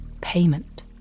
Payment